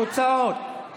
תודה רבה,